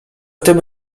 tym